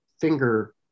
finger